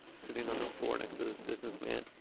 sitting on the floor next to this businessman.